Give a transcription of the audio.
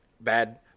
bad